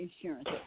insurance